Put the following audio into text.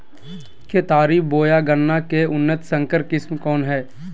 केतारी बोया गन्ना के उन्नत संकर किस्म कौन है?